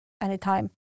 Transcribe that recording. anytime